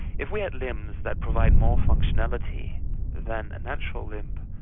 if we had limbs that provide more functionality than a natural limb, and